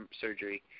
surgery